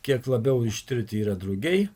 kiek labiau ištirti yra drugiai